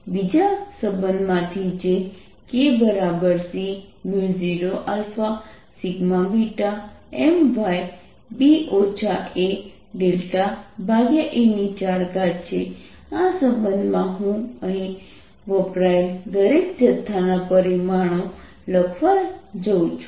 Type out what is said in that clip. બીજા સંબંધમાંથી જે kC 0Mb aa4 છે આ સંબંધમાં હું અહીં વપરાયેલ દરેક જથ્થાના પરિમાણો લખવા જાઉં છું